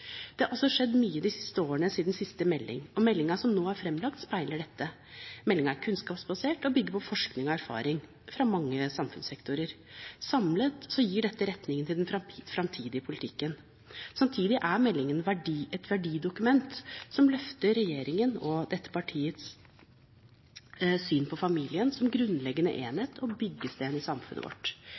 Det har altså skjedd mye de siste årene siden siste melding, og meldingen som nå er fremlagt, speiler dette. Meldingen er kunnskapsbasert og bygger på forskning og erfaring fra mange samfunnssektorer. Samlet gir dette retningen til den fremtidige politikken. Samtidig er meldingen et verdidokument, som løfter regjeringens, og dette partiets, syn på familien som grunnleggende enhet og byggestein i samfunnet vårt.